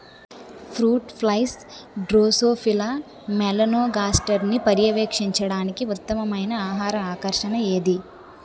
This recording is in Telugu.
ఫ్రూట్ ఫ్లైస్ డ్రోసోఫిలా మెలనోగాస్టర్ని పర్యవేక్షించడానికి ఉత్తమమైన ఆహార ఆకర్షణ ఏది?